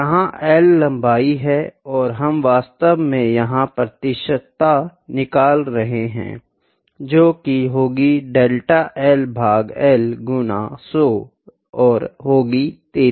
यहाँ L लंबाई है और हम वास्तव में यहाँ प्रतिशतता निकल रहे है जोकि होगी डेल्टा L भाग L गुना 100 और होगी 33